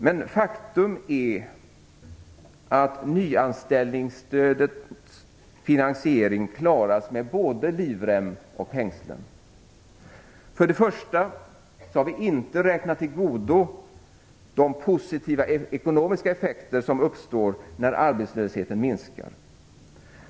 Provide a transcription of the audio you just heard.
Men faktum är att nyanställningsstödets finansiering klaras med både livrem och hängslen. För det första har vi inte räknat till godo de positiva ekonomiska effekter som uppstår när arbetslösheten minskar.